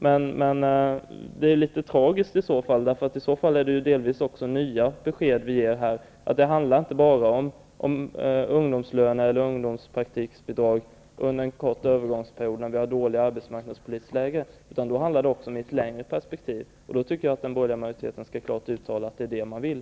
Men det är litet tragiskt i så fall, för då är det ju delvis nya besked vi ger. Det handlar inte bara om ungdomspraktiksbidrag under en kort övergångsperiod när vi har ett dåligt arbetsmarknadspolitiskt läge, utan då handlar det också om ett längre perspektiv. Jag tycker att den borgerliga majoriteten klart skall uttala vad det är man vill.